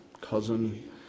cousin